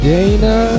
Dana